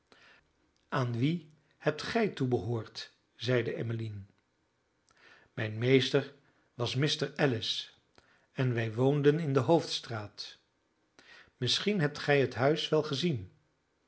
aan wien hebt gij toebehoord zeide emmeline mijn meester was mr ellis en wij woonden in de hoofdstraat misschien hebt gij het huis wel gezien